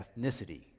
ethnicity